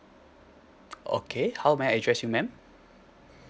okay how may I address you ma'am